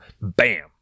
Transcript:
Bam